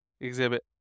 exhibit